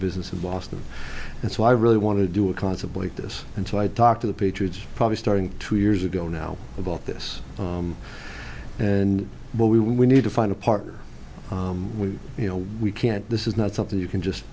business of boston that's why i really want to do a concept like this and so i talk to the patriots probably starting two years ago now about this and when we when we need to find a partner we you know we can't this is not something you